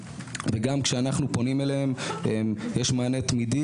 כשאנחנו פונים אליהם יש מענה תמידי,